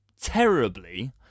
terribly